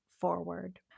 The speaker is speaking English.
forward